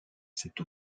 cette